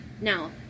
Now